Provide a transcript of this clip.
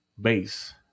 base